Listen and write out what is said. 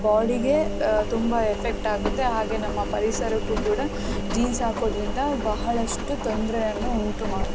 ಬಾಡಿಗೆ ತುಂಬ ಎಫೆಕ್ಟ್ ಆಗುತ್ತೆ ಹಾಗೆ ನಮ್ಮ ಪರಿಸರಕ್ಕೂ ಕೂಡ ಜೀನ್ಸ್ ಹಾಕೋದ್ರಿಂದ ಬಹಳಷ್ಟು ತೊಂದರೆಯನ್ನು ಉಂಟುಮಾಡುತ್ತೆ